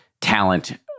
talent